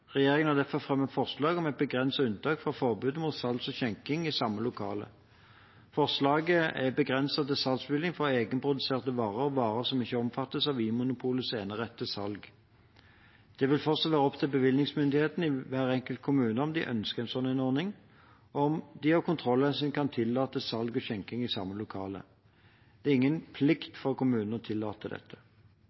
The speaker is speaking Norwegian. Regjeringen har derfor fremmet forslag om et begrenset unntak fra forbudet mot salg og skjenking i samme lokale. Forslaget er begrenset til salgsbevilling for egenproduserte varer og varer som ikke omfattes av Vinmonopolets enerett til salg. Det vil fortsatt være opp til bevillingsmyndigheten i hver enkelt kommune om de ønsker en slik ordning, og om de av kontrollhensyn kan tillate salg og skjenking i samme lokale. Det er ingen plikt for kommunene å tillate dette.